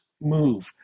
move